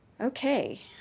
Okay